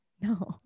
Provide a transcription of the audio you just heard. No